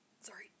Sorry